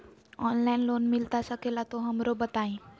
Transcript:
Online loan मिलता सके ला तो हमरो बताई?